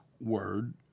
word